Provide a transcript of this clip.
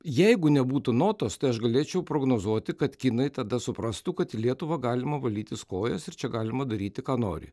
jeigu nebūtų notos tai aš galėčiau prognozuoti kad kinai tada suprastų kad į lietuvą galima valytis kojas ir čia galima daryti ką nori